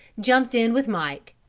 jumped in with mike.